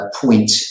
point